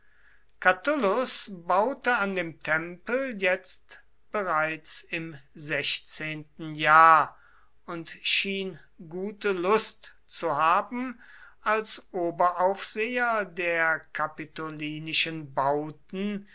catulus baute an dem tempel jetzt bereits im sechzehnten jahr und schien gute lust zu haben als oberaufseher der kapitolinischen bauten